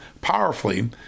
powerfully